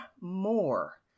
more